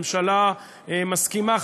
הממשלה מסכימה,